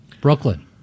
Brooklyn